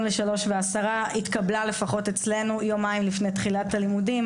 ל-15:10 התקבלה לפחות אצלנו יומיים לפני תחילת הלימודים.